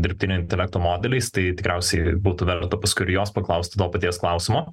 dirbtinio intelekto modeliais tai tikriausiai būtų verta paskui ir jos paklausti to paties klausimo